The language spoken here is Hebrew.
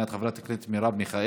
של חברת הכנסת מרב מיכאלי: